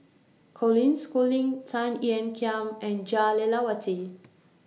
Colin Schooling Tan Ean Kiam and Jah Lelawati